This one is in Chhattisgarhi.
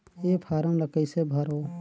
ये फारम ला कइसे भरो?